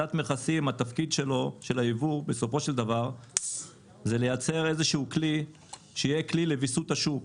התפקיד של היבוא הוא לייצר איזשהו כלי לוויסות השוק.